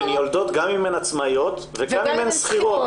הן יולדות גם אם הן עצמאיות וגם אם הן שכירות.